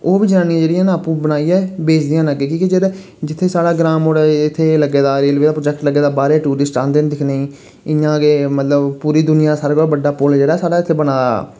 ओह् बी जनानियां जेह्ड़ियां न आपूं बनाइयै बेचदियां न अग्गें की के जेह्दे जित्थै साढ़ा ग्रां मोड़े इत्थै एह् लग्गे दा रेलवे दा प्रोजैक्ट लग्गे दा बाह्रे टूरिस्ट औंदे न दिक्खने ई इयां के मतलब पूरी दुनिया सारे कोला बड्डा पुल जेह्ड़ा साढ़े इत्थै बना दा